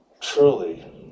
truly